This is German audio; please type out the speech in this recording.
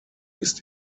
ist